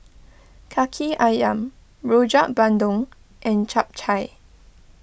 Kaki Ayam Rojak Bandung and Chap Chai